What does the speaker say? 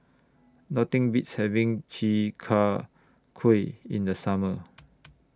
Nothing Beats having Chi Kak Kuih in The Summer